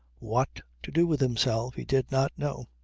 what to do with himself he did not know!